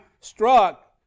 struck